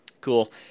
Cool